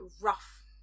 rough